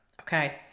Okay